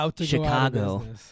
Chicago